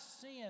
sin